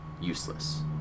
useless